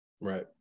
Right